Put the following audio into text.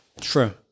True